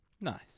nice